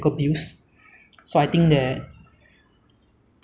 uh lesser bills or like rather more subsidised bills